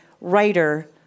writer